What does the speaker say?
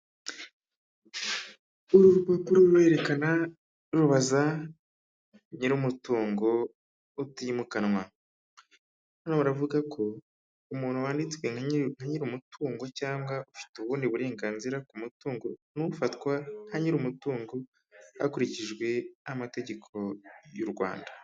Uru rupapuro rwerekana, rubaza nyiri umutungo utimukanwa. Harimo haravugwa ko umuntu wanditswe nka nyiri umutungo cyangwa ufite ubundi burenganzira ku mutungo, ni ufatwa nka nyiri umutungo hakurikijwe amategeko y'u Rwanda.